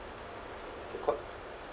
the qu~